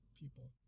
people